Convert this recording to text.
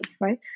right